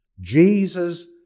Jesus